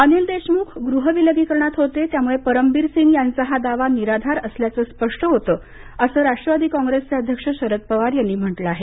अनिल देशमुख गृहविलगीकरणात होते त्यामुळे परमबीर सिंग यांचा हा दावा निराधार असल्याचे स्पष्ट होते असे राष्ट्रवादी काँप्रेसचे अध्यक्ष शरद पवार यांनी म्हटलं आहे